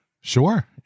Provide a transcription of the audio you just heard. Sure